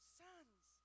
sons